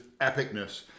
epicness